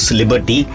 liberty